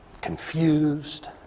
confused